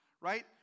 right